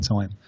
time